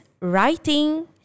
writing